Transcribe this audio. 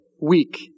weak